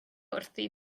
wrthi